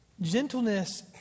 Gentleness